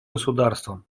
государствам